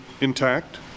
intact